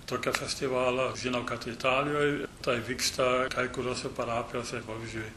tokio festivalio žino kad italijoj tai vyksta kai kuriose parapijose pavyzdžiui